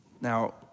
Now